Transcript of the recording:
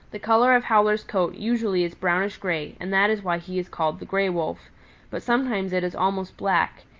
the color of howler's coat usually is brownish-gray and that is why he is called the gray wolf but sometimes it is almost black,